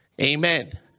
Amen